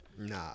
Nah